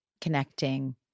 connecting